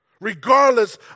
regardless